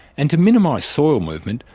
and to minimise soil movement,